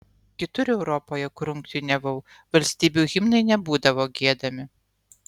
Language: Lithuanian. kitur europoje kur rungtyniavau valstybių himnai nebūdavo giedami